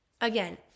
again